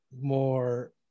more